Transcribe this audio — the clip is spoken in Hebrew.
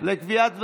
לקביעת ועדה.